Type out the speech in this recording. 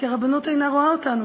כי הרבנות אינה רואה אותנו.